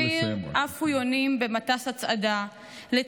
/ באוויר,